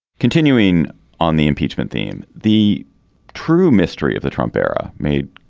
continuing on the impeachment theme. the true mystery of the trump era made